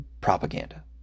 propaganda